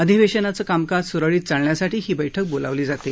अधिवेशनाचं कामकाज स्रळीत चालण्यासाठी ही बैठक बोलावली जाते